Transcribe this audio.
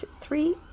three